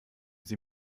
sie